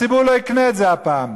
הציבור לא יקנה את זה הפעם.